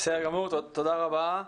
תודה רבה.